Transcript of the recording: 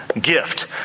gift